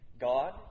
God